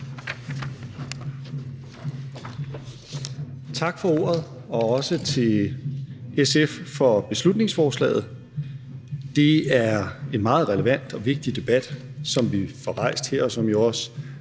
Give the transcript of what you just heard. Tak for ordet, og også tak til SF for beslutningsforslaget. Det er en meget relevant og vigtig debat, som vi får rejst her, og som jo også